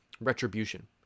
Retribution